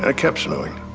ah kept snowing.